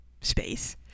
space